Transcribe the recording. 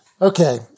Okay